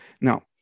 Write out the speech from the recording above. Now